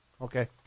Okay